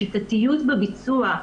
שיטתיות בביצוע,